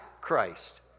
Christ